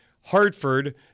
Hartford